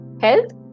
Health